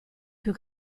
più